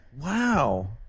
Wow